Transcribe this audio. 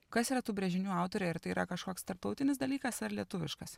kas yra tų brėžinių autorė ar tai yra kažkoks tarptautinis dalykas ar lietuviškas